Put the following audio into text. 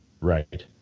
right